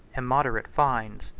immoderate fines,